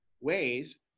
ways